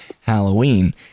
Halloween